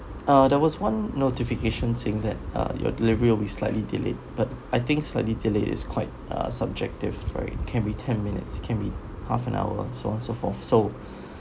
uh there was one notification saying that uh your delivery will be slightly delayed but I think slightly delayed is quite uh subjective right can be ten minutes can be half an hour so on so forth so